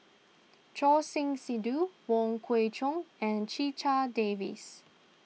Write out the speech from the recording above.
Choor Singh Sidhu Wong Kwei Cheong and Checha Davies